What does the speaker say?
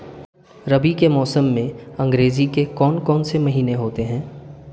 रबी के मौसम में अंग्रेज़ी के कौन कौनसे महीने आते हैं?